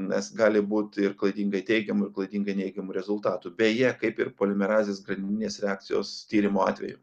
nes gali būt ir klaidingai teigiamų ir klaidingai neigiamų rezultatų beje kaip ir polimerazės grandininės reakcijos tyrimo atveju